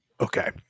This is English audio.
Okay